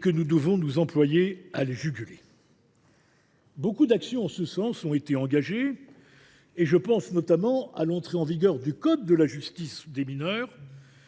que nous devons nous employer à juguler. Beaucoup d’actions ont été engagées en ce sens. Je pense notamment à l’entrée en vigueur du code de la justice pénale des mineurs,